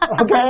Okay